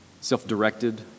self-directed